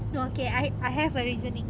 no okay I I have a reasoning